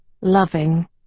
loving